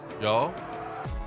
y'all